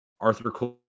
arthur